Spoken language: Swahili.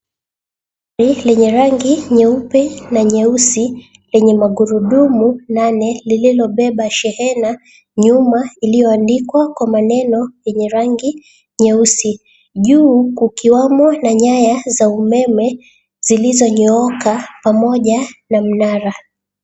Gari lenye rangi nyeupe na nyeusi lenye magurudumu nane lililobeba shehena nyuma iliyoandikwa kwa maneno yenye rangi nyeusi, juu kukiwamo na nyaya za umeme zilizonyooka pamoja na mnara.